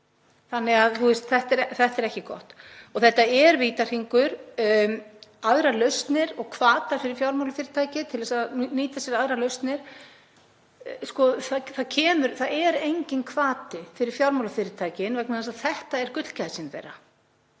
Þannig að þetta er ekki gott og þetta er vítahringur. Varðandi aðrar lausnir og hvata fyrir fjármálafyrirtæki til að nýta sér aðrar lausnir þá er enginn hvati fyrir fjármálafyrirtækin vegna þess að þetta er gullgæsin þeirra.